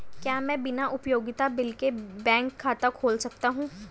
क्या मैं बिना उपयोगिता बिल के बैंक खाता खोल सकता हूँ?